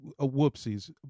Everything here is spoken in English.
whoopsies